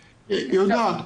יהודה,